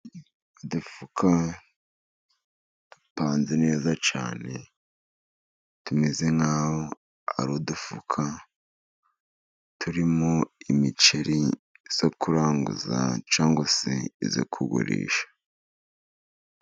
Udufuka dupanze neza cyane, tumeze nk' aho ari udufuka turimo imiceri yo kuranguza ,cyangwa se iyo kugurisha.